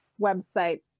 website